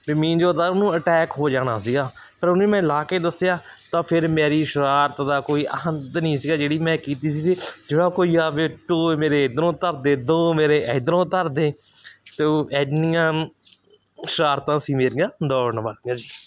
ਵੀ means ਉਦੋਂ ਉਹਨੂੰ attack ਹੋ ਜਾਣਾ ਸੀਗਾ ਫਿਰ ਉਹਨੂੰ ਮੈਂ ਲਾਹ ਕੇ ਦੱਸਿਆ ਤਾਂ ਫਿਰ ਮੇਰੀ ਸ਼ਰਾਰਤ ਦਾ ਕੋਈ ਅੰਤ ਨਹੀਂ ਸੀਗਾ ਜਿਹੜੀ ਮੈਂ ਕੀਤੀ ਸੀ ਜਿਹੜਾ ਕੋਈ ਆਵੇ ਦੋ ਮੇਰੇ ਇੱਧਰੋਂ ਧਰ ਦੇ ਦੋ ਮੇਰੇ ਇੱਧਰੋਂ ਧਰ ਦੇ ਅਤੇ ਉਹ ਇੰਨੀਆਂ ਸ਼ਰਾਰਤਾਂ ਸੀ ਮੇਰੀਆਂ ਦੌੜਨ ਵਾਲੀਆਂ